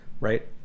right